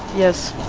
yes,